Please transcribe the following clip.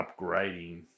upgrading